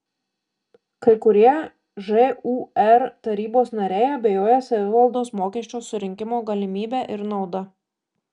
kai kurie žūr tarybos nariai abejoja savivaldos mokesčio surinkimo galimybe ir nauda